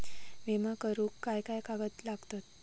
विमा करुक काय काय कागद लागतत?